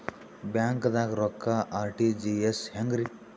ಬ್ಯಾಂಕ್ದಾಗ ರೊಕ್ಕ ಆರ್.ಟಿ.ಜಿ.ಎಸ್ ಹೆಂಗ್ರಿ?